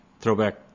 Throwback